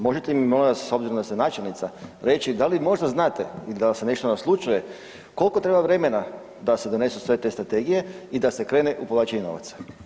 Možete li mi molim vas, s obzirom da ste načelnica reći da li možda znate ili da li se nešto naslućuje koliko treba vremena da se donesu sve te strategije i da se krene u povlačenje novaca?